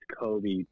kobe